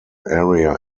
area